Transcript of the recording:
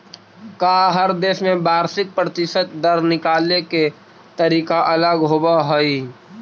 का हर देश में वार्षिक प्रतिशत दर निकाले के तरीका अलग होवऽ हइ?